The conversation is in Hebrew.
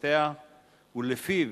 שהתפתח ולפיו